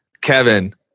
Kevin